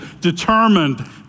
determined